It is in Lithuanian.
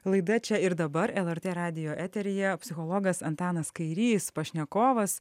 laida čia ir dabar lrt radijo eteryje psichologas antanas kairys pašnekovas